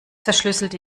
verschlüsselte